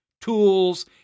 tools